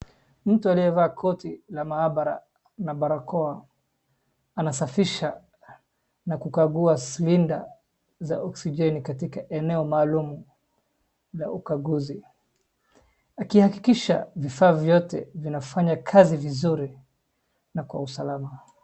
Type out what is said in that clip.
Mtu aliyevaa koti la mahabara na barakoa anasafisha ka kukagua swinda za oxygen katika eneo maalumu la ukaguzi akihakikisha vifaa vyote vinafanya kazi vizuri na kwa usalama.